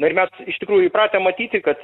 na ir mes iš tikrųjų įpratę matyti kad